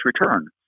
return